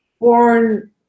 born